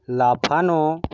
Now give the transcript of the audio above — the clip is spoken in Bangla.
লাফানো